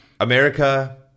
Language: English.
america